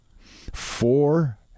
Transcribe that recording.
Four